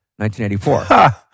1984